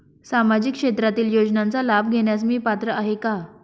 सामाजिक क्षेत्रातील योजनांचा लाभ घेण्यास मी पात्र आहे का?